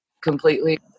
completely